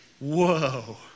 Whoa